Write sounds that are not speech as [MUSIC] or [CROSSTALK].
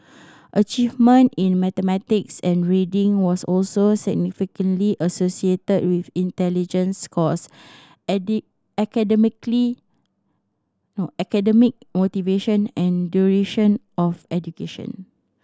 [NOISE] achievement in mathematics and reading was also significantly associated with intelligence scores [UNINTELLIGIBLE] academicly [HESITATION] academic motivation and duration of education